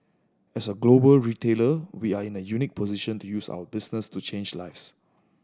as a global retailer we are in a unique position to use our business to change lives